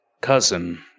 Cousin